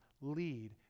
lead